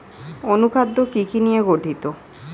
অনুখাদ্য কি কি নিয়ে গঠিত?